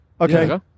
Okay